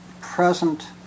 present